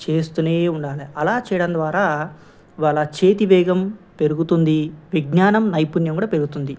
చేస్తూనే ఉండాలి అలా చేయడం ద్వారా వాళ్ళ చేతి వేగం పెరుగుతుంది విజ్ఞానం నైపుణ్యం కూడా పెరుతుంది